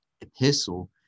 epistle